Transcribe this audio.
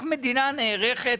איך המדינה נערכת